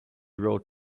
road